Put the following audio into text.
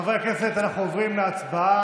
חברי הכנסת, אנחנו עוברים להצבעה.